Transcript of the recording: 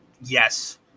yes